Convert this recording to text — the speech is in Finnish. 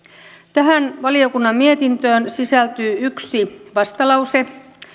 tähän valiokunnan mietintöön sisältyy yksi vastalause